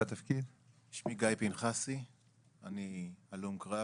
שמי גיא פנחסי, אני הלום קרב.